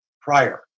prior